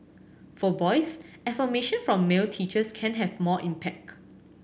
for boys affirmation from male teachers can have more impact